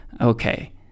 Okay